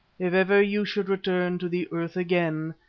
if ever you should return to the earth again,